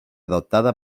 adoptada